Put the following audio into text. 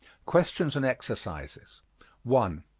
questions and exercises one.